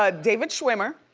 ah david schwimmer.